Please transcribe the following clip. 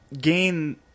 gain